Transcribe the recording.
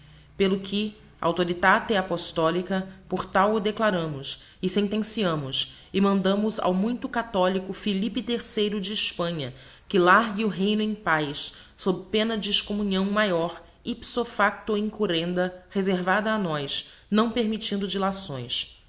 pelo que authoritate appostolica por tal o declaramos e sentenceamos e mandamos ao muito catholico filipe terceiro de hespanha que largue o reyno em pax sob pena de excommunhão mayor ipso facto incurrenda reservada a nós não permitindo dilações